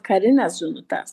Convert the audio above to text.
karines žinutes